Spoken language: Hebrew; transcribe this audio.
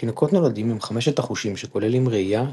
תינוקות נולדים עם חמשת החושים שכוללים ראייה,